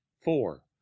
four